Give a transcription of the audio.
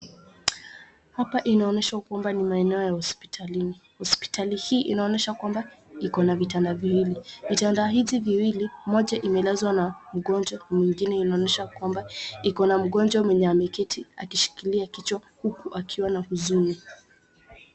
Hapa inaoneshwa kwamba ni maeneo ya hospitalini. Hospitali hii inaonesha kwamba iko na vitanda viwili. Vitanda hizi viwili moja imelazwa na mgonjwa mwingine inaonyesha kwamba iko na mgonjwa mwenye ameketi akishikilia kichwa huku akiwa na huzuni.